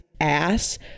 ass